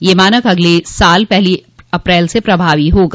यह मानक अगले साल पहली अप्रैल से प्रभावी होगा